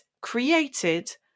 created